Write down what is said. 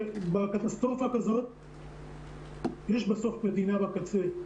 בקטסטרופה כזאת יש בסוף מדינה בקצה,